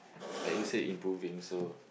like you said improving so